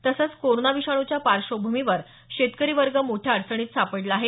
तसंच कोरोना विषाणूच्या पार्श्वभूमीवर शेतकरी वर्ग मोठ्या अडचणीत सापडला आहे